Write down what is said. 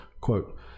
quote